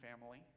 family